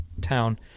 town